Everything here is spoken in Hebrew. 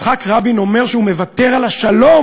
יצחק רבין אומר שהוא מוותר על השלום